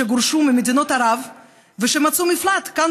שגורשו ממדינות ערב ושמצאו מפלט כאן,